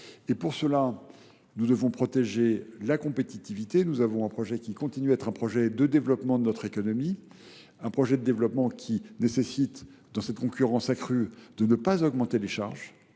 Et pour cela, nous devons protéger la compétitivité. Nous avons un projet qui continue d'être un projet de développement de notre économie. Un projet de développement qui nécessite dans cette concurrence accrue de ne pas augmenter les charges,